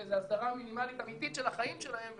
לאיזו הסדרה מינימלית אמיתית של החיים שלהם,